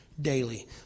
daily